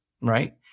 right